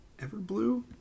Everblue